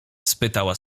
spytała